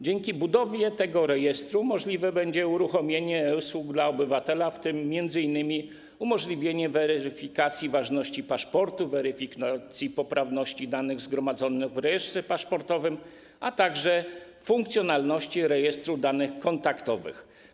Dzięki budowie tego rejestru możliwe będzie uruchomienie e-usług dla obywatela, w tym m.in. umożliwienie weryfikacji ważności paszportu, weryfikacji poprawności danych zgromadzonych w rejestrze paszportowym, a także funkcjonalność Rejestru Danych Kontaktowych.